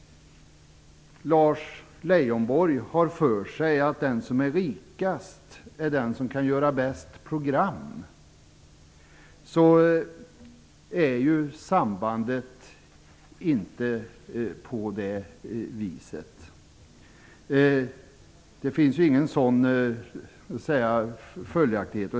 Lars Leijonborg har för sig att den som är rikast också är den som kan göra de bästa programmen, men något sådant samband finns inte.